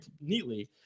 neatly